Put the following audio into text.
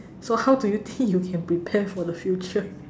so how do you think you can prepare for the future